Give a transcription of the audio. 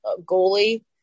goalie